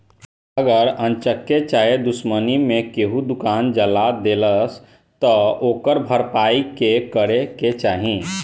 अगर अन्चक्के चाहे दुश्मनी मे केहू दुकान जला देलस त ओकर भरपाई के करे के चाही